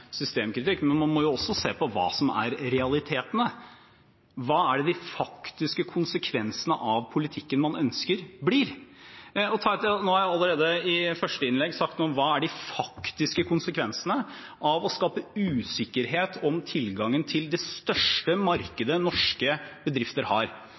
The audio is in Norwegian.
systemkritikk, men man må også se på hva som er realitetene, hva de faktiske konsekvensene av politikken man ønsker, blir. Nå har jeg allerede i første innlegg sagt noe om hva som er de faktiske konsekvensene av å skape usikkerhet om tilgangen til det største markedet norske bedrifter har.